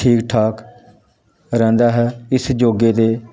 ਠੀਕ ਠਾਕ ਰਹਿੰਦਾ ਹੈ ਇਸ ਯੋਗਾ ਦੇ